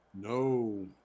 No